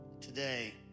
today